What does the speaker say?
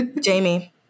Jamie